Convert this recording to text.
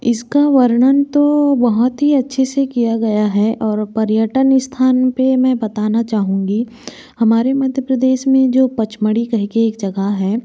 इसका वर्णन तो बहुत ही अच्छे से किया गया है और पर्यटन स्थान पर मैं बताना चाहूँगी हमारे मध्य प्रदेश में जो पचमढ़ी कह कर एक जगह है